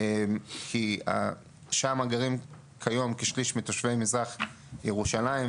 כי שם גרים כיום כ1/3 מתושבי מזרח ירושלים,